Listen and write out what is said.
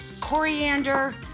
coriander